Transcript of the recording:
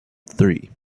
three